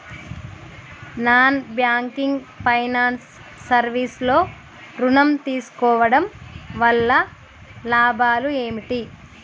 Non banking finance service లో ఋణం తీసుకోవడం వల్ల లాభాలు ఏమిటి?